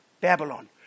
Babylon